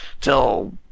till